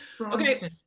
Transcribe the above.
Okay